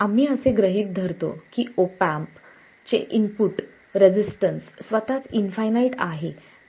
आम्ही असे गृहित धरतो की ऑप एम्पचे इनपुट रेसिस्टन्स स्वतःच इंफायनाईट आहे